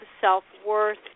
self-worth